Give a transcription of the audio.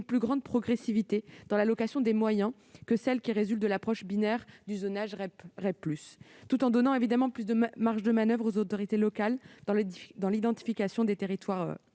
plus grande progressivité dans l'allocation des moyens que celles qui résultent de l'approche binaire du zonage actuel, tout en offrant plus de marges de manoeuvre aux autorités locales dans l'identification des territoires